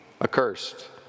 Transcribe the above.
accursed